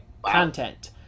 Content